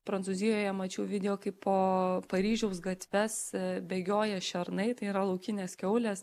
prancūzijoje mačiau video kaip po paryžiaus gatves bėgioja šernai tai yra laukinės kiaulės